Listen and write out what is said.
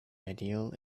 ideal